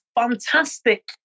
fantastic